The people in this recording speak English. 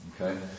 Okay